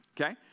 Okay